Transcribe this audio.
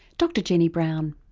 dr jenny brown.